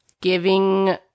giving